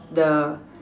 the